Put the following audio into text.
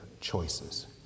choices